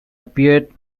appeared